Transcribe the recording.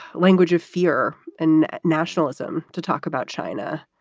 language of fear and nationalism to talk about china.